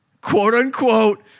quote-unquote